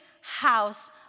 house